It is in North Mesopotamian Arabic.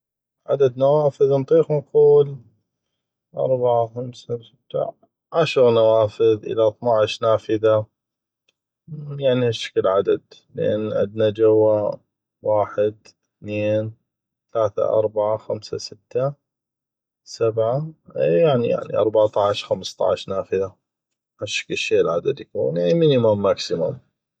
عدد نوافذ نطيق نقول اربعه خمسه سته عشغ نوافذ الى ثناعش نافذه يعني هشكل عدد لان عدنا جوه واحد اثنين تلاثة اربعه خمسه ستة سبعه أي يعني ارباطعش خمسطعش نافذه هشكل شي العدد يكون يعني ميني مام ماكسي مام